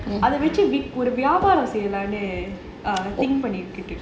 அத வச்சு ஒரு வியாபாரம் செய்லாம்னு:atha vachu oru viyaabaram seilaamnu think பண்ணி இருக்கேன்:panni irukaen